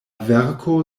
verko